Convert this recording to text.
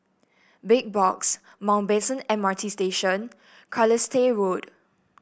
Big Box Mountbatten M R T Station Carlisle Road